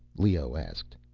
leoh asked.